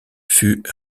fut